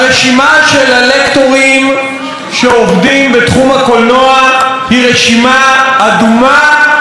הרשימה של הלקטורים שעובדים בתחום הקולנוע היא רשימה אדומה,